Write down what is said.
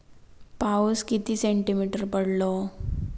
पाऊस किती सेंटीमीटर पडलो?